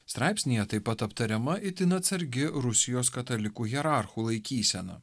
straipsnyje taip pat aptariama itin atsargi rusijos katalikų hierarchų laikysena